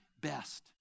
best